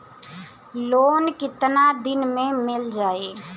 Loan कितना दिन में मिल जाई?